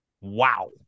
Wow